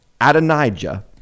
Adonijah